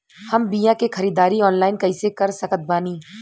हम बीया के ख़रीदारी ऑनलाइन कैसे कर सकत बानी?